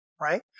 right